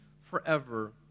forever